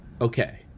Okay